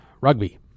Rugby